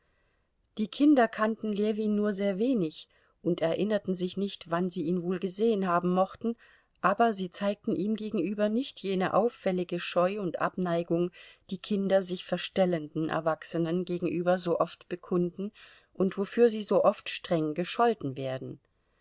die kinder kannten ljewin nur sehr wenig und erinnerten sich nicht wann sie ihn wohl gesehen haben mochten aber sie zeigten ihm gegenüber nicht jene auffällige scheu und abneigung die kinder sich verstellenden erwachsenen gegenüber so oft bekunden und wofür sie so oft streng gescholten werden